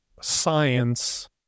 science